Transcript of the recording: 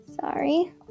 sorry